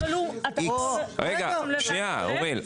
אוריאל,